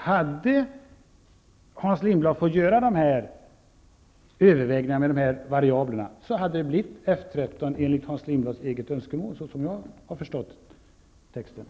Om Hans Lindblad hade fått göra dessa övervägningar med dessa variabler hade det, om jag har förstått texten, blivit F 13 enligt